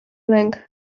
lęk